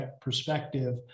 perspective